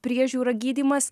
priežiūra gydymas